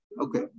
Okay